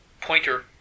pointer